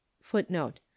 Footnote